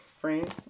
Friends